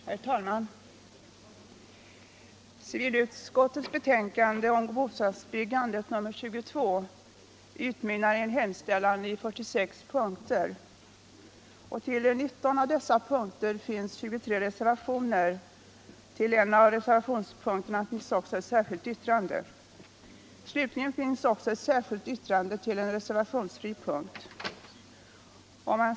Herr talman! Civilutskottets betänkande nr 22 om bostadsbyggandet utmynnar i en hemställan i 46 punkter. Till 19 av dessa finns 23 reservationer — vid en av reservationspunkterna har också fogats ett särskilt yttrande. Slutligen finns det också ett särskilt yttrande till en reservationsfri punkt.